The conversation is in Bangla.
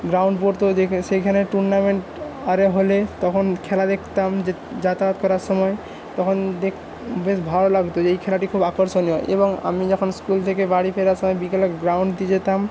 গ্রাউন্ড পড়ত যেখানে সেখানে টুর্নামেন্ট আরে হলে তখন খেলা দেখতাম যাতায়াত করার সময় তখন দেখে বেশ ভালো লাগত এই খেলাটি খুব আকর্ষণীয় এবং আমি যখন স্কুল থেকে বাড়ি ফেরার সময় বিকেলে গ্রাউন্ড দিয়ে যেতাম